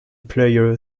player